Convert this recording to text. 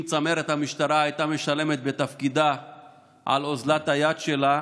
אם צמרת המשטרה הייתה משלמת בתפקידה על אוזלת היד שלה,